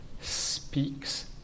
speaks